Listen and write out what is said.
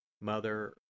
Mother